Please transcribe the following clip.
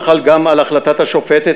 החל גם על החלטת השופטת,